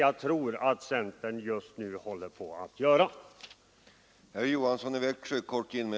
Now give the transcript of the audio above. Det är detta jag tror håller på att ske just nu för centerns del.